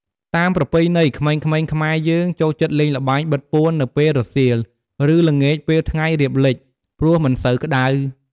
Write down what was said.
តាមប្រពៃណី ក្មេងៗខ្មែរយើងចូលចិត្តលេងល្បែងបិទពួន នៅពេលរសៀល ឬ ល្ងាចពេលថ្ងៃរៀបលិចព្រោះមិនសូវក្ដៅ។